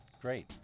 Great